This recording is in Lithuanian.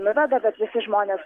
nuveda bet visi žmonės